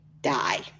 die